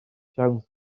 siawns